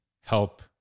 help